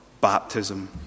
baptism